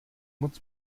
moc